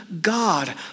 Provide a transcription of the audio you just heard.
God